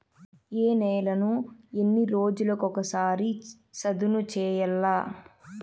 ఏ నేలను ఎన్ని రోజులకొక సారి సదును చేయల్ల?